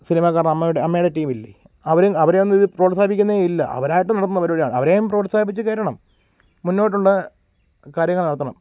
സിനിമാക്കാരുടെ അമ്മയുടെ അമ്മയുടെ ടീമില്ലേ അവർ അവരെയൊന്നും ഇത് പ്രോത്സാപ്പിക്കുന്നേയില്ല അവരായിട്ട് നടത്തുന്ന പരിപാടിയാണ് അവരേയും പ്രോത്സാഹിപ്പിച്ച് കയറ്റണം മുന്നോട്ടുള്ള കാര്യങ്ങൾ നടത്തണം